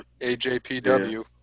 AJPW